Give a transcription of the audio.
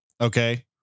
Okay